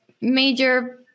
major